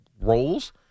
roles